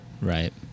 right